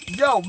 yo